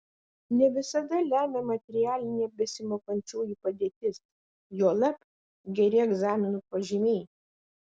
ne visada lemia materialinė besimokančiųjų padėtis juolab geri egzaminų pažymiai